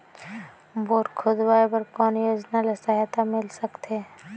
Bore खोदवाय बर कौन योजना ले सहायता मिल सकथे?